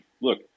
look